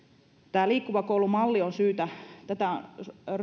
liikkuva koulu mallia on